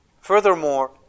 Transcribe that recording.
Furthermore